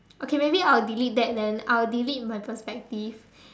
okay maybe I will delete that then I will delete my perspective